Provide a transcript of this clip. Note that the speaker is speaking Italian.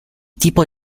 tipo